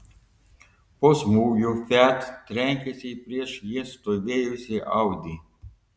po smūgio fiat trenkėsi į prieš jį stovėjusį audi